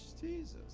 Jesus